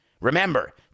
Remember